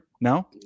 no